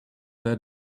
their